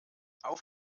auf